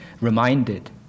reminded